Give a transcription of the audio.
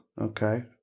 okay